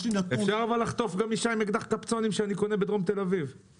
אפשר גם לחטוף גם אישה עם אקדח קפצונים שאני קונה בדרום תל אביב,